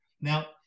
Now